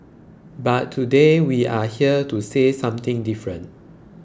but today we're here to say something different